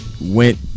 went